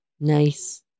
Nice